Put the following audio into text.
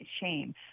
shame